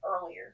earlier